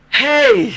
hey